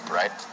right